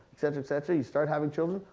et cetera, et cetera, you start having children,